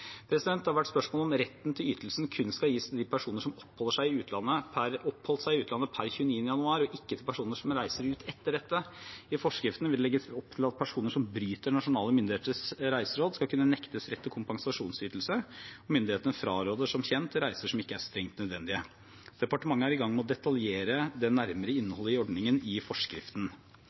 Det har vært spørsmål om retten til ytelsen kun skal gis til de personer som oppholdt seg i utlandet per 29. januar, og ikke til personer som har reist ut etter dette. I forskriften vil det legges opp til at personer som bryter nasjonale myndigheters reiseråd, skal kunne nektes rett til kompensasjonsytelse. Myndighetene fraråder som kjent reiser som ikke er strengt nødvendige. Departementet er i gang med å detaljere det nærmere innholdet i ordningen i forskriften.